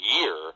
year